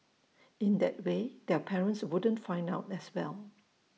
in that way their parents wouldn't find out as well